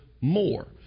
more